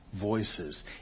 voices